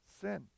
sin